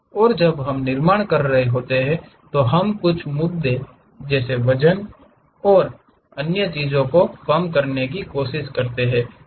और जब हम निर्माण कर रहे होते हैं तो हम कुछ मुद्दों जैसे वजन और अन्य चीजों को कम करने की कोशिश करते हैं